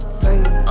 break